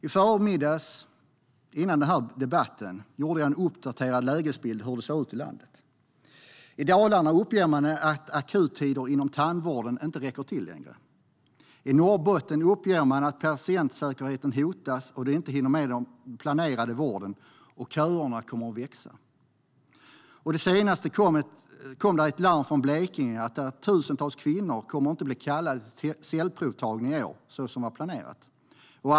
I förmiddags före denna debatt gjorde jag en uppdaterad lägesbild av hur det ser ut i landet. I Dalarna uppger man att akuttiderna inom tandvården inte räcker till längre. I Norrbotten uppger man att patientsäkerheten hotas, att man inte hinner med den planerade vården och att köerna kommer att växa. Senast kom det ett larm från Blekinge om att tusentals kvinnor inte kommer att bli kallade till cellprovtagning i år som planerat.